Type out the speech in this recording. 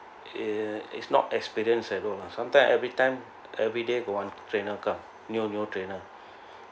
he is not experience at all lah sometime every time everyday got one trainer come new new trainer